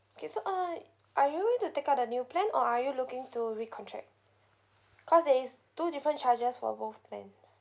okay so uh are you going to take up the new plan or are you looking to recontract cause there's two different charges for both plans